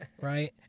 Right